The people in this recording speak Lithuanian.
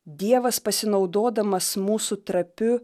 dievas pasinaudodamas mūsų trapiu